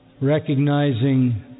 recognizing